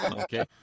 Okay